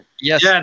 Yes